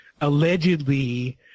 allegedly